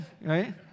right